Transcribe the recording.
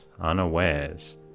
unawares